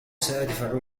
سأدفع